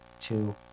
two